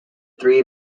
three